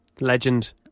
Legend